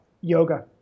yoga